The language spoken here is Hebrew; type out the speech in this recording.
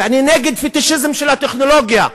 ואני נגד פטישיזם של הטכנולוגיה,